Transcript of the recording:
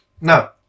No